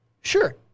sure